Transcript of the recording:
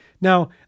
Now